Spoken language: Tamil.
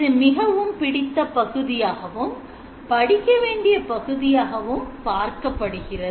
இது மிகவும் பிடித்த பகுதியாகவும் படிக்கவேண்டிய பகுதியாகவும் பார்க்கப்படுகிறது